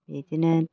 बिदिनो